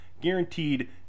guaranteed